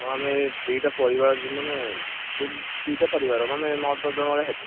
ହଁ ଆମେ ଦୁଇଟା ପରିବାର ଯିବୁ ମାନେ ଦୁଇଟା ପରିବାର ମାନେ ନଅ ଦଶ ଜଣ ଭଳିଆ ହେବେ